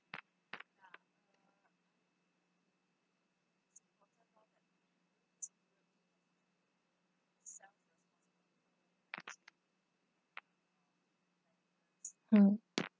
mm